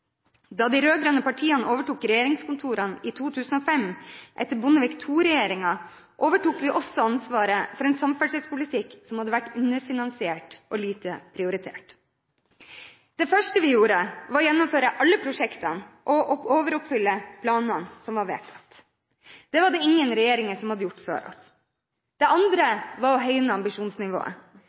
Da de rød-grønne partiene overtok regjeringskontorene i 2005 etter Bondevik II-regjeringen, overtok vi også ansvaret for en samferdselspolitikk som hadde vært underfinansiert og lite prioritert. Det første vi gjorde, var å gjennomføre alle prosjektene og overoppfylle planene som var vedtatt. Det var det ingen regjeringer som hadde gjort før oss. Det andre var å høyne ambisjonsnivået.